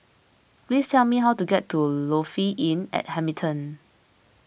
please tell me how to get to Lofi Inn at Hamilton